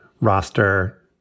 roster